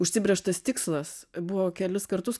užsibrėžtas tikslas buvo kelis kartus